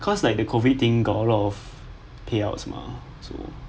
cause like the COVID thing got a lot of payouts mah so